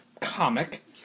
comic